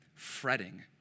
fretting